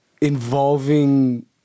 involving